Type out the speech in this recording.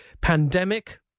pandemic